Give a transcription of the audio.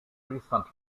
recent